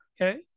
Okay